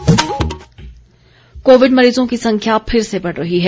Covid संदेश Covid मरीजों की संख्या फिर से बढ़ रही है